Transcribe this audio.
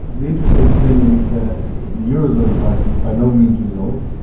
the interesting thing is that the eurozone crisis is by no means resolved,